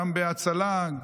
גם בהצלה,